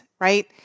right